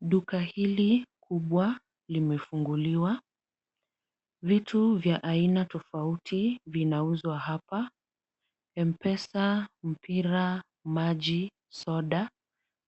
Duka hili kubwa limefunguliwa. Vitu vya aina tofauti vinauzwa hapa, M-Pesa, mpira, maji, soda.